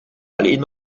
alleen